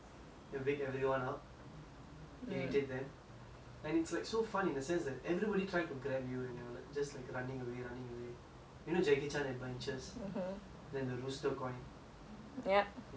and it's like so fun in the sense that everybody try to grab you and you're just like running away running away you know jackie chan adventures then the rooster coin ya the superpower so is like one of my favourite